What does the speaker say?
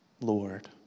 Lord